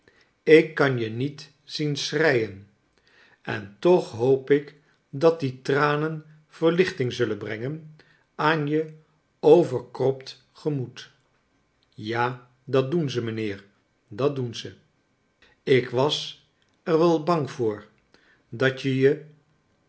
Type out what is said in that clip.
ik kan je niet zien schreien en toch hoop ik dat die tranen verlichting zullen brengen aan je overkropt gemoed ja dat doen ze mij nheer dat doen ze ik was er wel bang voor dat je je